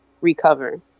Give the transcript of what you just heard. recover